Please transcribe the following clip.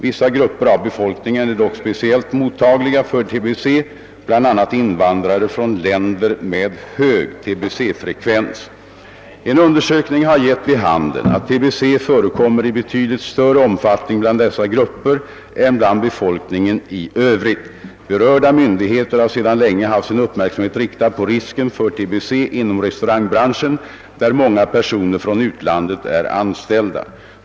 Vissa grupper av befolkningen är dock speciellt mottagliga för tbe, bl.a. invandrare från länder med hög tbe-frekvens. En undersökning har gett vid handen att tbe förekommer i betydligt större omfattning bland dessa grupper än bland befolkningen i Övrigt. Berörda myndigheter har sedan länge haft sin uppmärksamhet riktad på risken för tbe inom restaurangbranschen, där många personer från utlandet är anställda.